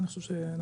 אני חושב שנכון,